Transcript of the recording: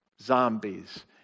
zombies